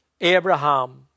Abraham